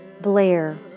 Blair